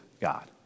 God